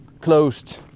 closed